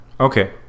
Okay